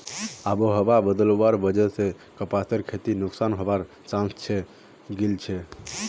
आबोहवा बदलवार वजह स कपासेर खेती नुकसान हबार चांस हैं गेलछेक